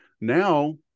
Now